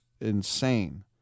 insane